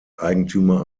eigentümer